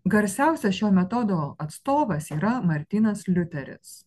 garsiausias šio metodo atstovas yra martynas liuteris